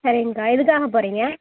சரிங்கா எதுக்காக போகறீங்க